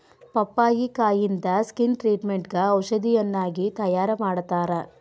ಪಪ್ಪಾಯಿಕಾಯಿಂದ skin ಟ್ರಿಟ್ಮೇಟ್ಗ ಔಷಧಿಯನ್ನಾಗಿ ತಯಾರಮಾಡತ್ತಾರ